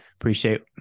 appreciate